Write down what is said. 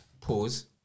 Pause